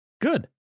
Good